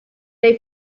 they